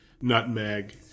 nutmeg